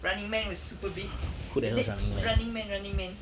running man was super big and then running man running man